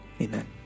Amen